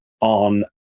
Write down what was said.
on